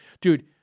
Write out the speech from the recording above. Dude